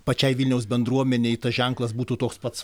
pačiai vilniaus bendruomenei tas ženklas būtų toks pats